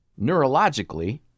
Neurologically